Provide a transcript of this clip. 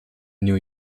new